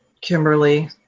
Kimberly